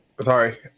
sorry